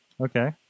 Okay